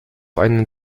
einen